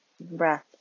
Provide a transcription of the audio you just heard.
breath